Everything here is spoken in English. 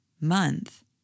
month